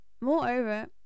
moreover